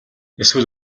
эсвэл